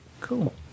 Cool